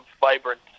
vibrant